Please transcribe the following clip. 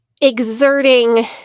exerting